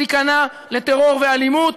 תיכנע לטרור ולאלימות.